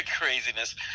craziness